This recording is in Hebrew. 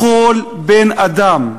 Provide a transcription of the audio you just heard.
לכל בן-אדם,